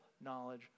knowledge